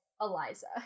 eliza